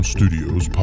Studios